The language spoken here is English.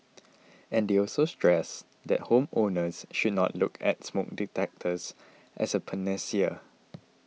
and they also stressed that home owners should not look at smoke detectors as a panacea